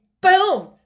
boom